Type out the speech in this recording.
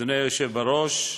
אדוני היושב בראש,